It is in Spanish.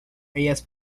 ellas